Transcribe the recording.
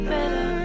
Better